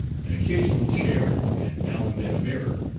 an occasional chair, and now and then a mirror,